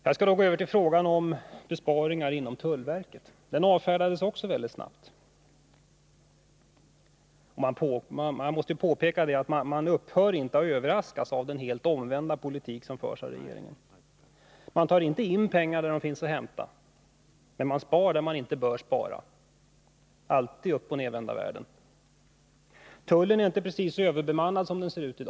Jag skall gå över till frågan om besparingar inom tullverket. Den avfärdades också väldigt snabbt. Jag måste påpeka att jag inte upphör att överraskas av den helt omvända politik som förs av regeringen, som inte tar in pengar där de finns att hämta men som sparar där man inte bör spara. Det är alltid den uppochnervända världen. Tullen är, som den ser ut i dag, inte precis överbemannad.